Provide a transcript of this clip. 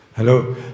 Hello